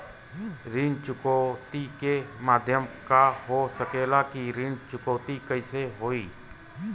ऋण चुकौती के माध्यम का हो सकेला कि ऋण चुकौती कईसे होई?